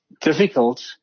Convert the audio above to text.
difficult